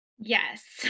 Yes